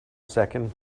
second